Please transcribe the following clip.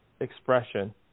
expression